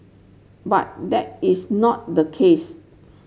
but that is not the case